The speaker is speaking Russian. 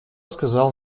сказал